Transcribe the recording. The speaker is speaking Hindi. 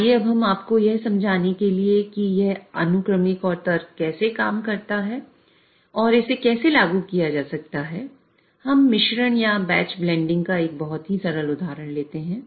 आइए अब हम आपको यह समझाने के लिए कि यह अनुक्रमिक और तर्क कैसे काम करता है और इसे कैसे लागू किया जा सकता है हम मिश्रण या बैच ब्लेंडिंग का एक बहुत ही सरल उदाहरण लेते हैं